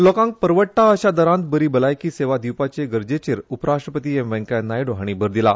लोकांक परवडटा अशा दरांत बरी भलायकी सेवा दिवपाचे गरजेचेर उपराष्ट्रपती एम व्यंकय्या नायडू हांणी भर दिला